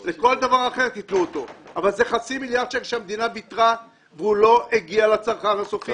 זה חצי מיליארד שקלים שהמדינה ויתרה עליהם והם לא הגיעו לצרכן הסופי,